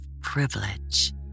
privilege